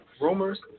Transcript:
Rumors